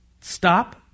Stop